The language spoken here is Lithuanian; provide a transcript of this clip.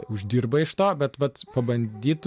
uždirba iš to bet vat pabandytų